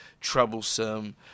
troublesome